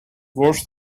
worse